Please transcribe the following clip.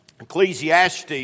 Ecclesiastes